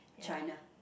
China